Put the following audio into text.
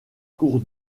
cours